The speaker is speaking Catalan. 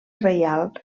reial